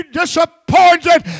disappointed